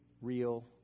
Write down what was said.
real